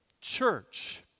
church